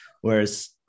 Whereas